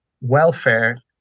welfare